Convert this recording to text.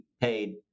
paid